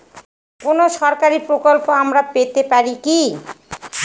কোন সরকারি প্রকল্প আমরা পেতে পারি কি?